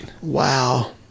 Wow